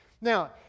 Now